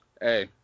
Hey